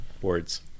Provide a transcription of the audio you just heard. words